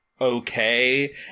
okay